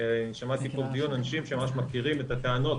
שמעתי פה בדיון אנשים שממש מכירים את הטענות,